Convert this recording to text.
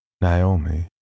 Naomi